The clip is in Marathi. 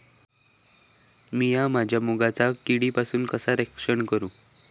मीया माझ्या मुगाचा किडीपासून कसा रक्षण करू?